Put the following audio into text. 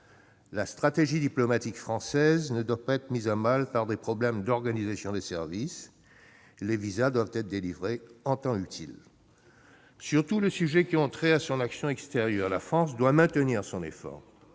La stratégie diplomatique française ne doit pas être mise à mal par des problèmes d'organisation des services : les visas doivent être délivrés en temps utile. Sur tous les sujets qui ont trait à son action extérieure, la France doit maintenir son effort.